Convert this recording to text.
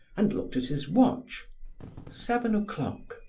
and looked at his watch seven o'clock.